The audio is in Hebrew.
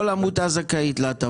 כל עמותה זכאית להטבה הזאת?